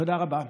תודה רבה.